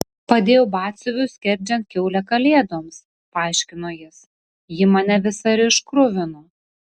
padėjau batsiuviui skerdžiant kiaulę kalėdoms paaiškino jis ji mane visą ir iškruvino